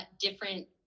different